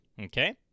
okay